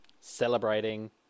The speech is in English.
Celebrating